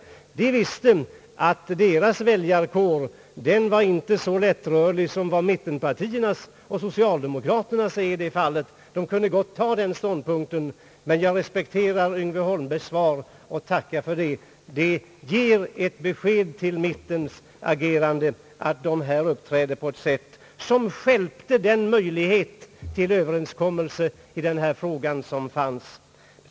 Högern visste att deras väljarkår inte var så lättrörlig som vad mittenpartiernas och socialdemokraternas är i det fallet. De kunde gott ta den ståndpunkt som de gjorde. Men jag respekterar herr Holmbergs svar och tackar för det. Det ger ett besked till mittens taktiker, att de här uppträdde på ett sätt som stjälpte den möjlighet till överenskommelse i denna fråga som fanns.